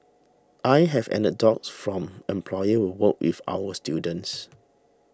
I have anecdotes from employers who work with our students